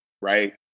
right